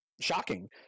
shocking